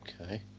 Okay